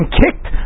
kicked